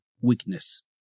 weakness